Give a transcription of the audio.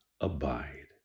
abide